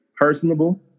personable